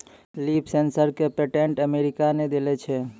Leaf sensor क patent America ने देलें छै?